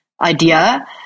idea